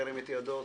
ירים את ידו.